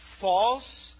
false